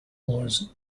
was